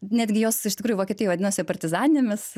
netgi jos iš tikrųjų vokietijoj vadinasi partizaninėmis